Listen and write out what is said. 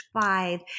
five